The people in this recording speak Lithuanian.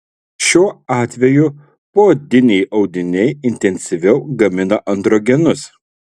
šiuo atveju poodiniai audiniai intensyviau gamina androgenus